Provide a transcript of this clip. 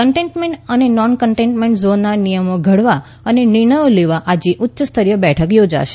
containment અને non containment ઝોનના નિયમો ઘડવા અને નિર્ણયો લેવા આજે ઉચ્યસ્તરીય બેઠક યોજાશે